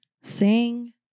Sing